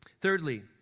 Thirdly